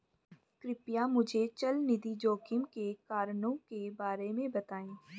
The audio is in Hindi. कृपया मुझे चल निधि जोखिम के कारणों के बारे में बताएं